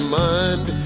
mind